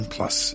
Plus